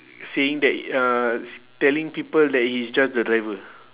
saying that uh telling people that he's just the driver